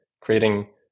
creating